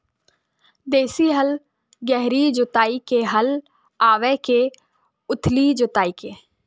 देशी हल गहरी जोताई के हल आवे के उथली जोताई के?